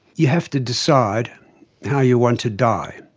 you have to decide how you want to die.